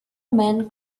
man